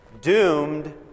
doomed